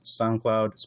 SoundCloud